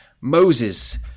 Moses